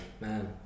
man